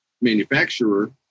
manufacturer